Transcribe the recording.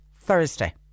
Thursday